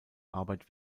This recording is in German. arbeit